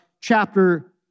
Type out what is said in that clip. chapter